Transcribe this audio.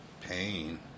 pain